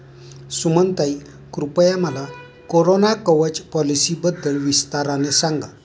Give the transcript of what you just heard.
सुमनताई, कृपया मला कोरोना कवच पॉलिसीबद्दल विस्ताराने सांगा